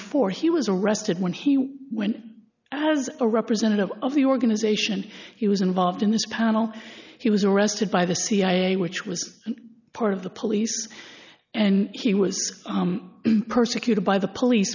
four he was arrested when he went as a representative of the organization he was involved in this panel he was arrested by the cia which was part of the police and he was persecuted by the police